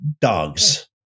dogs